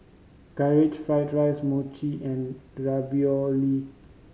Karaage Fried dries Mochi and Ravioli